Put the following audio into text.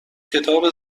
کتاب